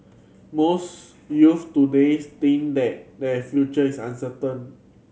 most youth today think that their future is uncertain